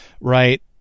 right